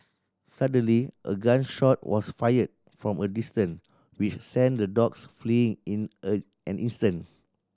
suddenly a gun shot was fired from a distance which sent the dogs fleeing in a an instant